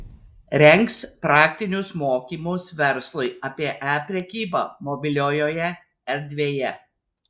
rengs praktinius mokymus verslui apie e prekybą mobiliojoje erdvėje